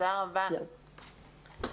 (היו"ר תהלה פרידמן)